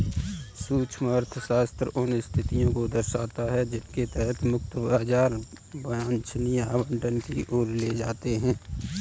सूक्ष्म अर्थशास्त्र उन स्थितियों को दर्शाता है जिनके तहत मुक्त बाजार वांछनीय आवंटन की ओर ले जाते हैं